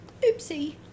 oopsie